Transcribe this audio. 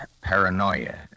Paranoia